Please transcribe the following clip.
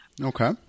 Okay